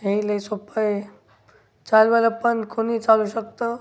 हे लई सोपं आहे चार मला पण कोणी चालू शकतं